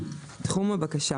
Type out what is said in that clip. "תחום הבקשה"